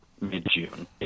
mid-June